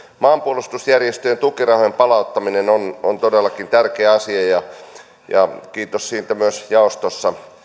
maanpuolustusjärjestöjen tukirahojen palauttaminen on on todellakin tärkeä asia ja kiitos myös jaoston